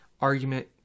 argument